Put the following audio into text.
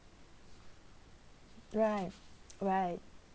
right right